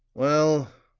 well,